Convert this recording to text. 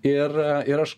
ir ir aš